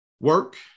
work